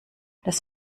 das